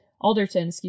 Alderton